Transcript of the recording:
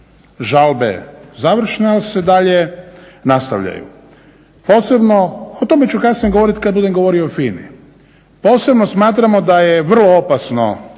žalbe završene ali se dalje nastavljaju. Posebno, o tome ću kasnije govoriti kad budem govorio o FINA-i. Posebno smatramo da je vrlo opasno